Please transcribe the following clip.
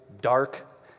dark